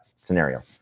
scenario